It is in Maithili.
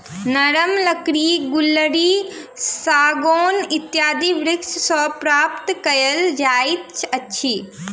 नरम लकड़ी गुल्लरि, सागौन इत्यादि वृक्ष सॅ प्राप्त कयल जाइत अछि